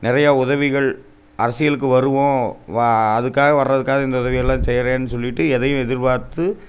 நிறைய உதவிகள் அரசியலுக்கு வருவோம் வ அதுக்காக வர்றதுக்காக இந்த உதவிகளெலாம் செய்கிறேன்னு சொல்லிவிட்டு எதையும் எதிர்பார்த்து